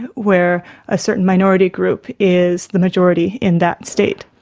where a certain minority group is the majority in that state.